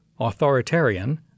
authoritarian